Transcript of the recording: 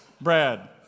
Brad